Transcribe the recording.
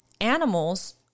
animals